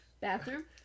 Bathroom